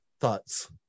thoughts